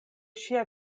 ŝia